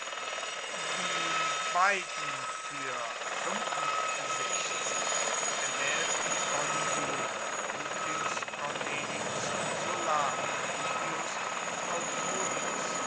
die beiden für erwählten konsuln publius cornelius sulla und publius